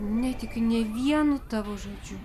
netikiu nė vienu tavo žodžiu